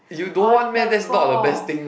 on the ball